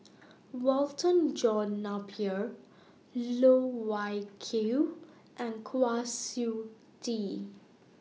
Walter John Napier Loh Wai Kiew and Kwa Siew Tee